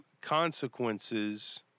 Consequences